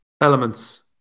elements